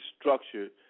structured